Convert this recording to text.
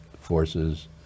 Forces